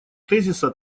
тезиса